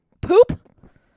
poop